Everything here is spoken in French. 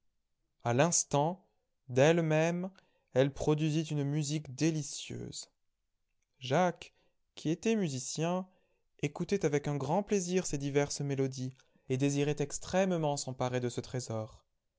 a l'instant d'elle-même elle produisit une musique délicieuse jacques qui était musicien écoutait avec un grand plaisir ces diverses mélodies et désirait extrêmement s'emparer de ce trésor